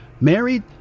married